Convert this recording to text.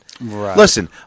Listen